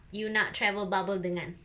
you nak travel bubble dengan